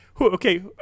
Okay